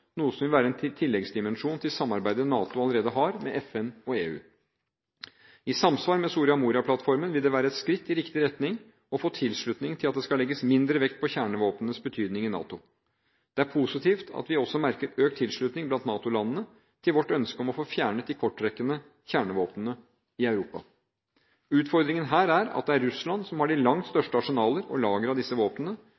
noe som vil være en tilleggsdimensjon til samarbeidet NATO allerede har med FN og EU. I samsvar med Soria Moria-plattformen vil det være et skritt i riktig retning å få tilslutning til at det skal legges mindre vekt på kjernevåpnenes betydning i NATO. Det er positivt at vi også merker økt tilslutning blant NATO-landene til vårt ønske om å få fjernet de kortrekkende kjernevåpnene i Europa. Utfordringen her er at det er Russland som har de langt